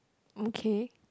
mooncake